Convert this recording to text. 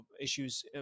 issues